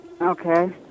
Okay